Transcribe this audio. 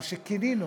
מה שכינינו,